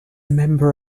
member